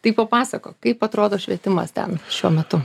tai papasakok kaip atrodo švietimas ten šiuo metu